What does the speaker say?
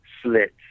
slits